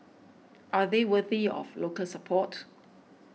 are they worthy of local support